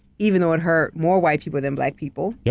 even though it hurt more white people than black people. yeah